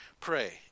Pray